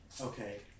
okay